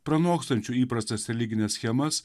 pranokstančiu įprastas religines schemas